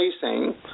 facing